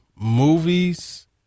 movies